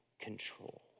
control